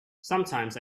sometimes